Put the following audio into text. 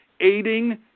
aiding